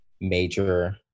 major